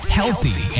healthy